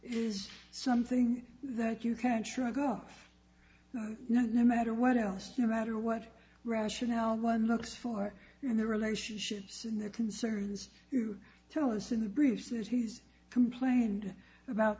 is something that you can shrug off no matter what else no matter what rationale one looks for in their relationships and their concerns to tell us in the brief since he's complained about